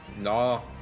No